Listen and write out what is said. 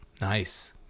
Nice